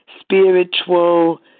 spiritual